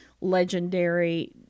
legendary